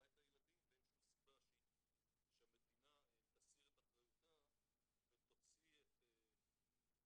את הילדים ואין שום סיבה שהמדינה תסיר את אחריותה ותוציא את הביטוח